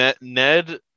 Ned